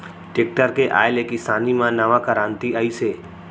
tractor के आए ले किसानी म नवा करांति आइस हे